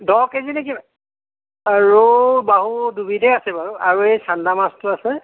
দহ কেজিনে কি ৰৌ বাহু দুবিধেই আছে বাৰু আৰু এই চান্দা মাছটো আছে